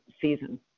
season